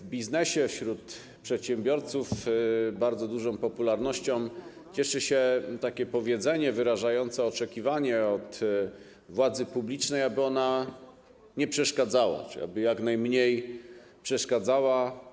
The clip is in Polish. W biznesie wśród przedsiębiorców bardzo dużą popularnością cieszy się takie powiedzenie wyrażające oczekiwanie od władzy publicznej, aby ona nie przeszkadzała lub aby jak najmniej przeszkadzała.